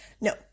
No